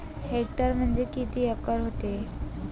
Hectare म्हणजे किती acre व्हते?